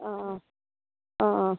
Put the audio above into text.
অঁ অঁ অঁ অঁ